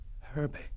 Herbie